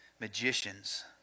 magicians